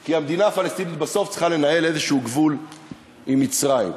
כי המדינה הפלסטינית בסוף צריכה לנהל איזה גבול עם מצרים.